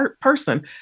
person